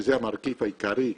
שזה המרכיב העיקרי במס,